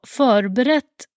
förberett